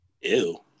ew